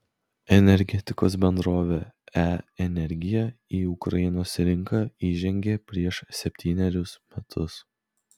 energetikos bendrovė e energija į ukrainos rinką įžengė prieš septynerius metus